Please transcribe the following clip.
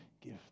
give